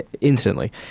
instantly